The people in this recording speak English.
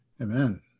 Amen